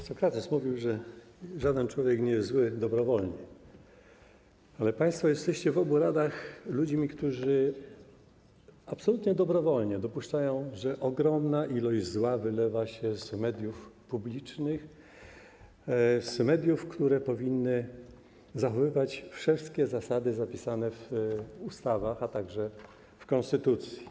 Sokrates mówił, że żaden człowiek nie jest zły dobrowolnie, ale państwo jesteście w przypadku obu rad ludźmi, którzy absolutnie dobrowolnie dopuszczają do tego, że ogromna ilość zła wylewa się z mediów publicznych, z mediów, które powinny zachowywać wszystkie zasady zapisane w ustawach, a także w konstytucji.